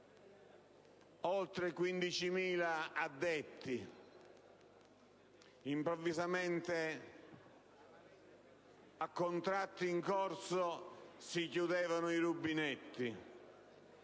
oltre 15.000 addetti: improvvisamente, a contratto in corso, si chiudevano i rubinetti,